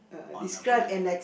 on a blind